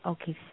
Okay